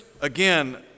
again